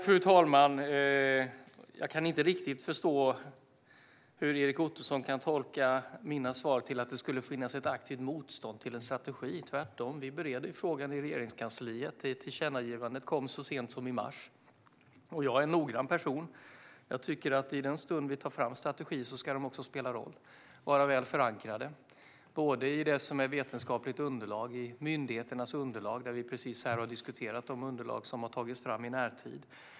Fru talman! Jag kan inte riktigt förstå hur Erik Ottoson kan tolka mina svar som att det skulle finnas ett aktivt motstånd mot en strategi. Det är tvärtom. Vi bereder frågan i Regeringskansliet. Tillkännagivandet kom så sent som i mars. Och jag är en noggrann person. I den stund vi tar fram en strategi ska den också spela roll och vara väl förankrad, i det som är vetenskapligt underlag och myndigheternas underlag - vi har precis diskuterat de underlag som har tagits fram i närtid.